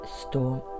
storm